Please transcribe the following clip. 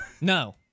No